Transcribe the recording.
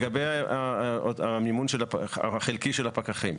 לגבי המימון החלקי של הפקחים